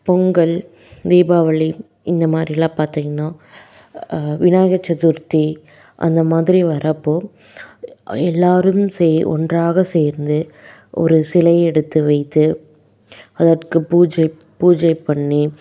பொங்கல் தீபாவளி இந்த மாதிரிலாம் பார்த்தீங்கன்னா விநாயகர் சதுர்த்தி அந்த மாதிரி வர்றப்போ எல்லோரும் சேர்ந்து ஒன்றாக சேர்ந்து ஒரு சிலை எடுத்து வைத்து அதற்கு பூஜை பூஜை பண்ணி